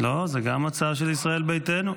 לא, זו גם הצעה של ישראל ביתנו.